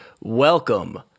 Welcome